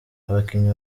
abakinnyi